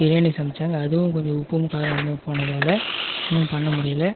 பிரியாணி சமைச்சாங்க அதுவும் கொஞ்சம் உப்பும் காரமும் அதிகமாக போனதால் ஒன்றும் பண்ண முடியல